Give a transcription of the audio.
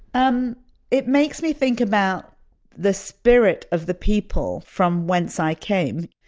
um it makes me think about the spirit of the people from whence i came.